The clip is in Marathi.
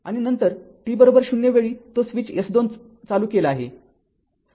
आणि नंतर t० वेळी तो स्विच S२ चालू केला आहे